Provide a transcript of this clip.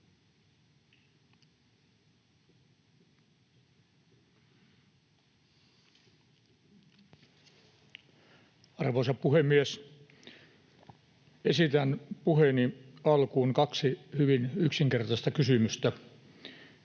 Arvoisa puhemies! Esitän puheeni alkuun kaksi hyvin yksinkertaista kysymystä.